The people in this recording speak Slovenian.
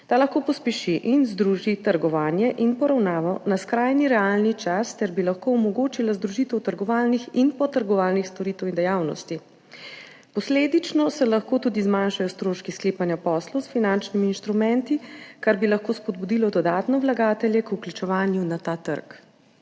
Ta lahko pospeši in združi trgovanje in poravnavo na skrajni realni čas ter bi lahko omogočila združitev trgovalnih in potrgovalnih storitev in dejavnosti. Posledično se lahko tudi zmanjšajo stroški sklepanja poslov s finančnimi instrumenti, kar bi lahko dodatno spodbudilo vlagatelje k vključevanju na ta trg.